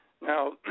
Now